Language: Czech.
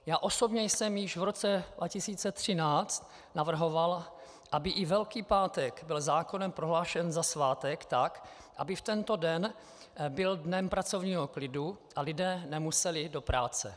Já osobně jsem již v roce 2013 navrhoval, aby i Velký pátek byl zákonem prohlášen za svátek tak, aby tento den byl dnem pracovního klidu a lidé nemuseli do práce.